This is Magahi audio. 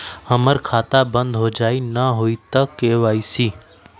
हमर खाता बंद होजाई न हुई त के.वाई.सी?